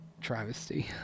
Travesty